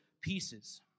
pieces